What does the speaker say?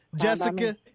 Jessica